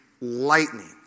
lightning